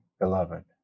beloved